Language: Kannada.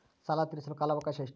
ಸಾಲ ತೇರಿಸಲು ಕಾಲ ಅವಕಾಶ ಎಷ್ಟು?